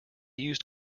used